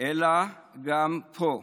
אלא גם פה.